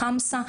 ׳חמסה׳,